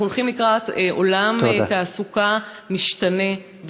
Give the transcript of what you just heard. אנחנו הולכים לקראת עולם תעסוקה משתנה,